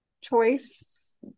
choice